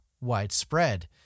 widespread